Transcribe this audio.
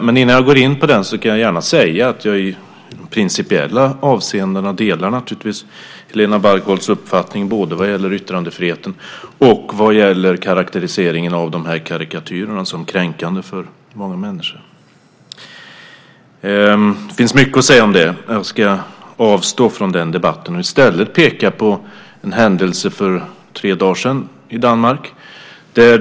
Men innan jag går in på den kan jag gärna säga att jag principiellt naturligtvis delar Helena Bargholtz uppfattning vad gäller både yttrandefriheten och karakteriseringen av de här karikatyrerna som kränkande för många människor. Det finns mycket att säga om det, men jag ska avstå från den debatten och i stället peka på en händelse för tre dagar sedan i Danmark.